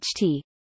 HT